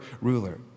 ruler